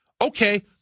Okay